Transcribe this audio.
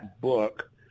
book